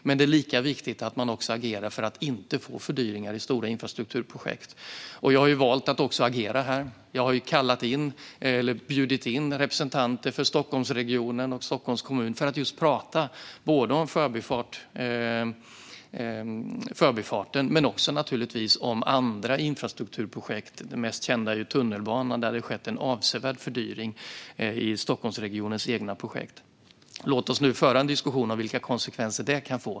Men det är lika viktigt att man agerar för att inte få fördyringar i stora infrastrukturprojekt. Jag har också valt att agera här. Jag har bjudit in representanter för Stockholmsregionen och Stockholms kommun för att prata både om Förbifarten och om andra infrastrukturprojekt. Det mest kända är tunnelbanan, där det har skett en avsevärd fördyring i Stockholmsregionens eget projekt. Låt oss nu föra en diskussion om vilka konsekvenser det kan få.